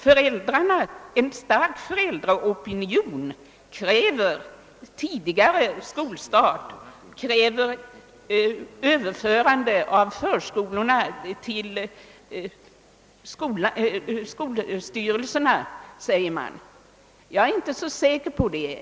Man säger att en stark föräldraopinion kräver en tidigare skolstart och ett överförande av lekskolorna till skolstyrelserna. Jag är inte så säker på det.